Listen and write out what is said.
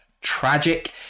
tragic